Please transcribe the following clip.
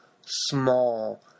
small